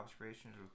observations